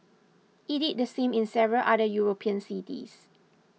it did the same in several other European cities